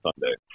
Sunday